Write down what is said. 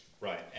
right